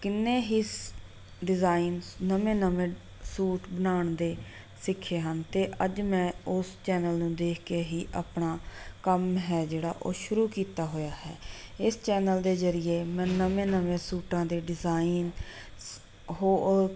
ਕਿੰਨੇ ਹੀ ਡਿਜ਼ਾਈਨਸ ਨਵੇਂ ਨਵੇਂ ਸੂਟ ਬਣਾਉਣ ਦੇ ਸਿੱਖੇ ਹਨ ਅਤੇ ਅੱਜ ਮੈਂ ਉਸ ਚੈਨਲ ਨੂੰ ਦੇਖ ਕੇ ਹੀ ਆਪਣਾ ਕੰਮ ਹੈ ਜਿਹੜਾ ਉਹ ਸ਼ੁਰੂ ਕੀਤਾ ਹੋਇਆ ਹੈ ਇਸ ਚੈਨਲ ਦੇ ਜ਼ਰੀਏ ਮੈਂ ਨਵੇਂ ਨਵੇਂ ਸੂਟਾਂ ਦੇ ਡਿਜ਼ਾਈਨ ਸ਼ ਹੋਰ